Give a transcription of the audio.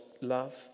love